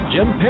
Jim